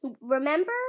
remember